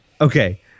Okay